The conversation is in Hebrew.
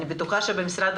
אני בטוחה שבמשרד